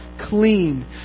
clean